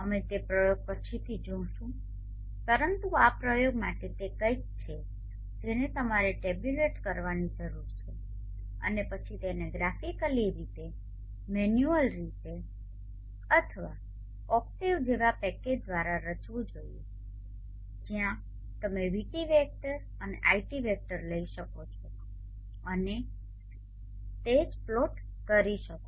અમે તે પ્રયોગ પછીથી જોશું પરંતુ આ પ્રયોગ માટે તે કંઈક છે જેને તમારે ટેબ્યુલેટ કરવાની જરૂર છે અને પછી તેને ગ્રાફિકલી રીતે મેન્યુઅલ રીતે અથવા ઓક્ટેવ જેવા પેકેજ દ્વારા રચવું જોઈએ જ્યાં તમે VT વેક્ટર અને iT વેક્ટર લઈ શકો અને તે જ પ્લોટ કરી શકો